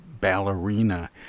ballerina